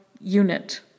unit